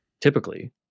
typically